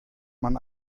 man